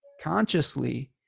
consciously